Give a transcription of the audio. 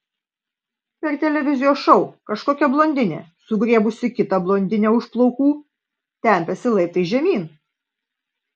per televizijos šou kažkokia blondinė sugriebusi kitą blondinę už plaukų tempėsi laiptais žemyn